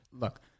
Look